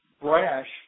brash